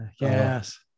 Yes